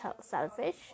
selfish